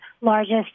largest